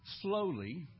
slowly